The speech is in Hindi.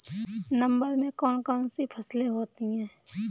नवंबर में कौन कौन सी फसलें होती हैं?